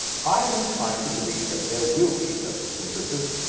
i am inclined to believe that there will be such a synthesis,